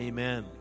Amen